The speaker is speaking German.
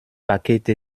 pakete